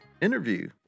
interview